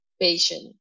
patient